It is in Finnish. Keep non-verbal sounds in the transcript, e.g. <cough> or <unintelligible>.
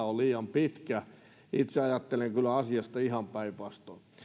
<unintelligible> on liian pitkä itse ajattelen kyllä asiasta ihan päinvastoin